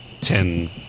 ten